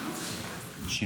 לא